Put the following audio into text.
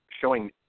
showing